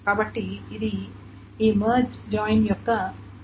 కాబట్టి ఇది ఈ మెర్జ్ జాయిన్ యొక్క కాస్ట్